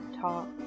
Talk